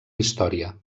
història